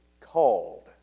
called